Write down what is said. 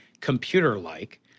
computer-like